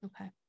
Okay